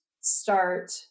start